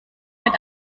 mit